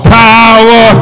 power